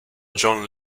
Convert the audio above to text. john